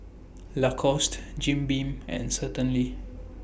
Lacoste Jim Beam and Certainty